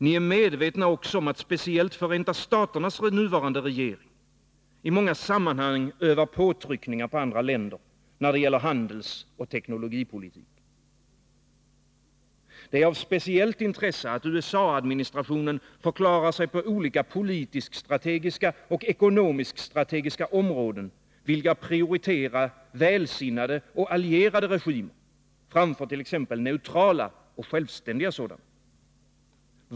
Ni är medvetna också om att speciellt Förenta staternas nuvarande regering i många sammanhang övar påtryckningar på andra länder när det gäller handelsoch teknologipolitik. Det är av speciellt intresse att USA-administrationen förklarar sig på olika politisk-strategiska och ekonomisk-strategiska områden vilja prioritera välsinnade och allierade regimer framför t.ex. neutrala och självständiga sådana.